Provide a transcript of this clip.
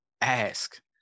ask